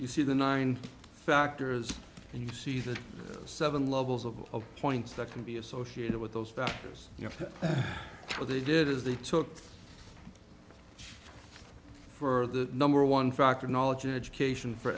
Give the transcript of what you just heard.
you see the nine factors and you see the seven levels of points that can be associated with those factors you know what they did is they took for the number one factor knowledge education for